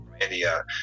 India